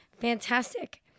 Fantastic